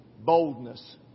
Boldness